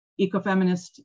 Ecofeminist